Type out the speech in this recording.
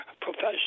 profession